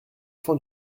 fin